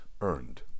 earned